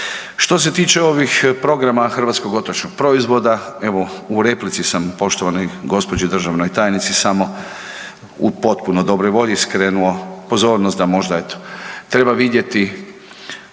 Što se tiče ovih programa hrvatskog otočnog proizvoda, evo, u replici sam poštovanoj gđi. Državnoj tajnici samo u potpuno dobroj volji, skrenuo pozornost da možda, eto, treba vidjeti